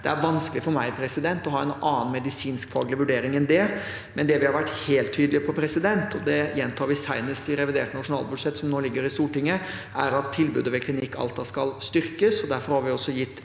Det er vanskelig for meg å ha en annen medisinskfaglig vurdering enn det. Det vi likevel har vært helt tydelige på – og det gjentar vi senest i revidert nasjonalbudsjett, som nå ligger i Stortinget – er at tilbudet ved Klinikk Alta skal styrkes. Derfor har vi også gitt